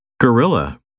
gorilla